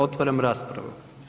Otvaram raspravu.